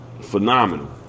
phenomenal